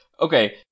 Okay